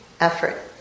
effort